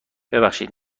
ببخشید